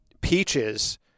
Peaches